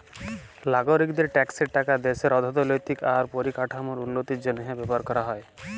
লাগরিকদের ট্যাক্সের টাকা দ্যাশের অথ্থলৈতিক আর পরিকাঠামোর উল্লতির জ্যনহে ব্যাভার ক্যরা হ্যয়